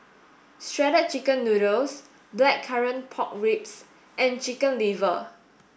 shredded chicken noodles blackcurrant pork ribs and chicken liver